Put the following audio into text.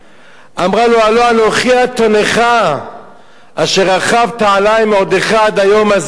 אמרה לו: "הלוא אנכי אתנך אשר רכבת עלי מעודך עד היום הזה",